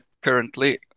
Currently